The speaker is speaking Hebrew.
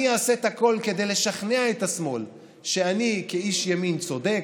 אני אעשה את הכול כדי לשכנע את השמאל שאני כאיש ימין צודק.